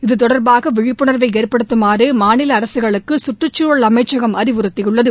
இது தொடர்பாக விழிப்புணர்வை ஏற்படுத்துமாறு மாநில அரசுகளுக்கு சுற்றுச்சூழல் அமைச்சகம் அறிவுறுத்தியுள்ளது